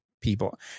People